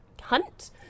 Hunt